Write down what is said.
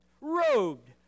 robed